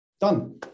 Done